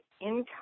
income